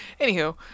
Anywho